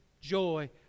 joy